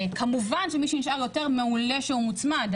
כמובן שמי שנשאר יותר מעולה שהוא מוצמד,